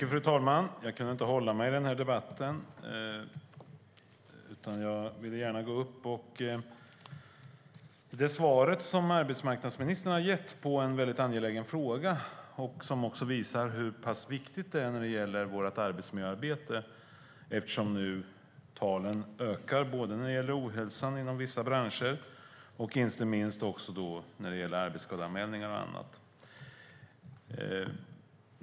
Fru talman! Jag kunde inte hålla mig, utan jag ville gärna gå upp i debatten. Arbetsmarknadsministern har gett ett svar på en väldigt angelägen fråga, som också visar hur pass viktigt vårt arbetsmiljöarbete är. Nu ökar ju talen när det gäller ohälsan inom vissa branscher och inte minst när det gäller arbetsskadeanmälningar och annat.